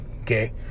okay